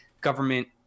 government